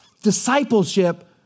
discipleship